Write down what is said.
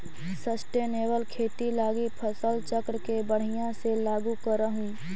sustainable खेती लागी फसल चक्र के बढ़ियाँ से लागू करहूँ